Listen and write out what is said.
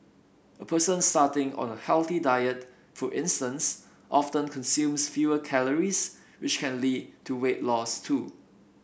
a person starting on a healthy diet for instance often consumes fewer calories which can lead to weight loss too